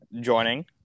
joining